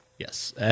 Yes